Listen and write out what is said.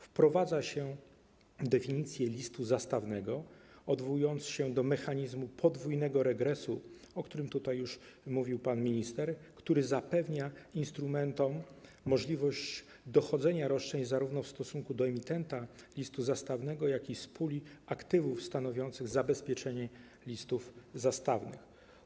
Wprowadza się definicję listu zastawnego, odwołując się do mechanizmu podwójnego regresu, o którym już mówił pan minister, który zapewnia instrumentom możliwość dochodzenia roszczeń zarówno w stosunku do emintenta listu zastawnego, jak i z puli aktywów stanowiących zabezpieczenie listów zastawnych.